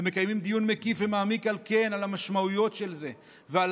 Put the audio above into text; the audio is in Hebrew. ומקיימים דיון מקיף ומעמיק על המשמעויות של זה ועל